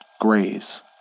graze